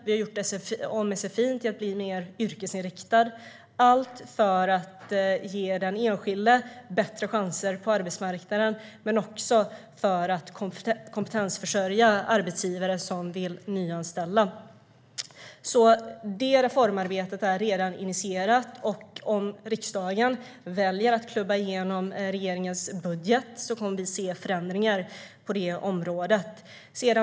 Vi har gjort om sfi till att bli mer yrkesinriktad - allt för att ge den enskilde bättre chanser på arbetsmarknaden. Men det handlar också om att kompetensförsörja arbetsgivare som vill nyanställa. Detta reformarbete är redan initierat. Om riksdagen väljer att klubba igenom regeringens budget kommer vi att se förändringar på området.